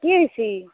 কি হৈছি